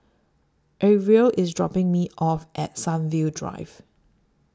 Arvil IS dropping Me off At Sunview Drive